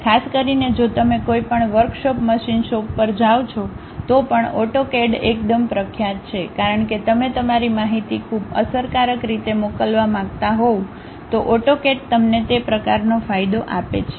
અને ખાસ કરીને જો તમે કોઈપણ વર્કશોપ મશીન શોપ પર જાવ છો તો પણ AutoCADએકદમ પ્રખ્યાત છે કારણ કે તમે તમારી માહિતી ખૂબ અસરકારક રીતે મોકલવા માંગતા હોવ તો AutoCAD તમને તે પ્રકારનો ફાયદો આપે છે